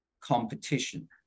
competition